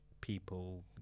people